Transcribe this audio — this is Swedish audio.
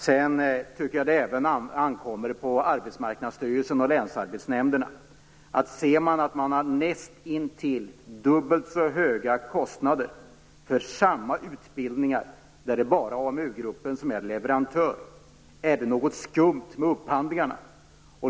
Jag tycker att det även ankommer på Arbetsmarknadsstyrelsen och länsarbetsnämnderna att konstatera att det är något skumt med upphandlingarna om kostnaderna för samma utbildning är nästintill dubbelt så höga där AMU-gruppen är ensam leverantör.